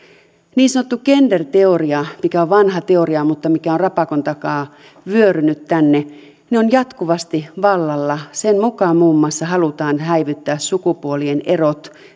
niin sanottu gender teoria joka on vanha teoria mutta rapakon takaa vyörynyt tänne on jatkuvasti vallalla sen mukaan muun muassa halutaan häivyttää sukupuolien erot